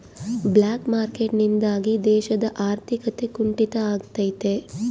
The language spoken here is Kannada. ಬ್ಲಾಕ್ ಮಾರ್ಕೆಟ್ ನಿಂದಾಗಿ ದೇಶದ ಆರ್ಥಿಕತೆ ಕುಂಟಿತ ಆಗ್ತೈತೆ